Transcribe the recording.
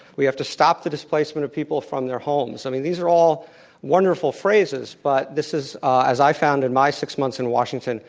we have to stop the displacement of people from their homes. i mean, these are all wonderful phrases but this is, as i found in my six months in washington,